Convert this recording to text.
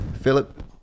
philip